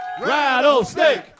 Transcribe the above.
rattlesnake